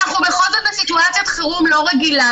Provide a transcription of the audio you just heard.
אנחנו בכל זאת בסיטואציית חירום לא רגילה,